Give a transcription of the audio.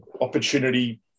opportunity